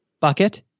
bucket